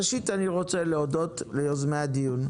ראשית, אני רוצה להודות ליוזמי הדיון.